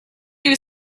you